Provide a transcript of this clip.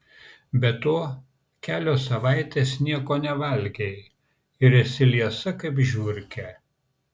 be to kelios savaitės nieko nevalgei ir esi liesa kaip žiurkė